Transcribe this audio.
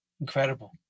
incredible